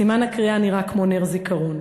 סימן הקריאה נראה כמו נר זיכרון.